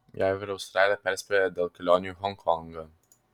jav ir australija perspėja dėl kelionių į honkongą